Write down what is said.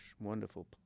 wonderful